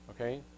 okay